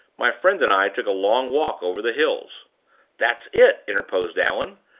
my friend and i took a long walk over the hills that's it! interposed allan.